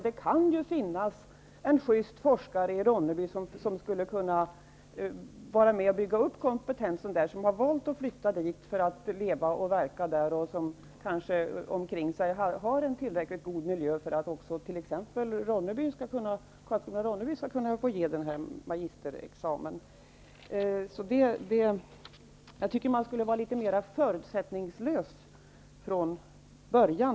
Det kan finnas en just forskare i Ronneby som skulle kunna vara med och bygga upp kompetensen där, någon som har valt att flytta dit för att leva och verka där och som omkring sig har en tillräckligt god miljö för att också t.ex. Ronneby skulle kunna få ge denna magisterexamen. Jag tycker att man skulle vara litet mer förutsättningslös från början.